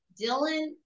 Dylan